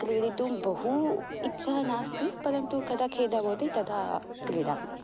क्रिडितुम् बहु इच्छा नास्ति परन्तु कदा खेद भवति तदा क्रीडामि